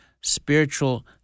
spiritual